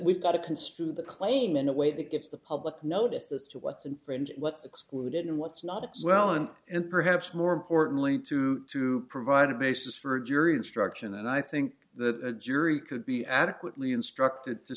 we've got to construe the claim in a way that gives the public notices to what's and brand what's excluded and what's not well and and perhaps more importantly to to provide a basis for a jury instruction and i think the jury could be adequately instructed to